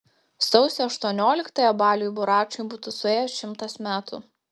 sausio aštuonioliktąją baliui buračui būtų suėję šimtas metų